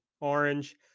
orange